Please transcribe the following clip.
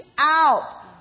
out